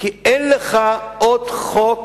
כי אין לך עוד חוק